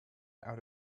out